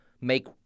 make